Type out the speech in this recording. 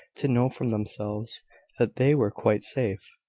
to know from themselves that they were quite safe.